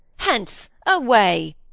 hence, away!